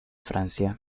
francia